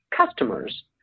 customers